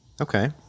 Okay